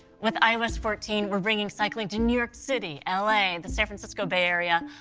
with ios fourteen, we're bringing cycling to new york city, la, the san francisco bay area,